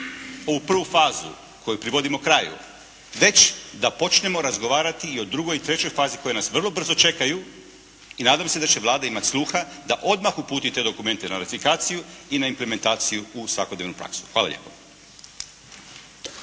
ovu prvu fazu koju privodimo kraju već da počnemo razgovarati i o drugoj i trećoj fazi koje nas vrlo brzo čekaju i nadam se da će Vlada imati sluha da odmah uputi te dokumente na verifikaciju i na implementaciju u svakodnevnu praksu. Hvala lijepo.